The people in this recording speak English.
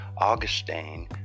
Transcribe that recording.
Augustine